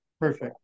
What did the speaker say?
Perfect